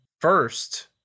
first